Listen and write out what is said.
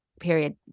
period